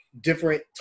different